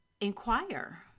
inquire